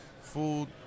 food